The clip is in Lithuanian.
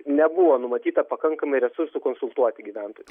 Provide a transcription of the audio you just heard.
nebuvo numatyta pakankamai resursų konsultuoti gyventoju